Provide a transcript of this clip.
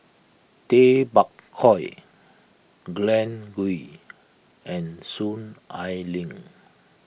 Tay Bak Koi Glen Goei and Soon Ai Ling